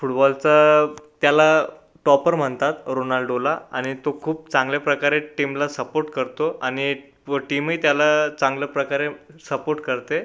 फुटबॉलचा त्याला टॉपर म्हणतात रोनाल्डोला आणि तो खूप चांगल्या प्रकारे टीमला सपोर्ट करतो आणि व टीमही त्याला चांगलं प्रकारे सपोर्ट करते